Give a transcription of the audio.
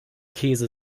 käse